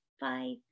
bye